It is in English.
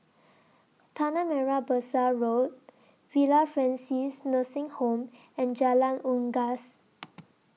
Tanah Merah Besar Road Villa Francis Nursing Home and Jalan Unggas